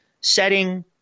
setting